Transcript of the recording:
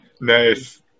nice